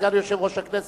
סגן יושב-ראש הכנסת,